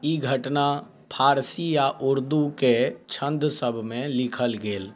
ई घटना फारसी आ उर्दू के छन्दसभमे लिखल गेल